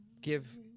give